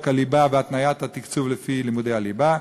הליבה והתניית התקצוב לפי לימודי הליבה,